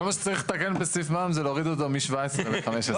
כל מה שצריך לתקן בסעיף מע"מ זה להוריד אותו מ-17% ל-15%.